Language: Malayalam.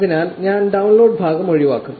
അതിനാൽ ഞാൻ ഡൌൺലോഡ് ഭാഗം ഒഴിവാക്കും